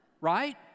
right